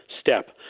step